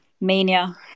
mania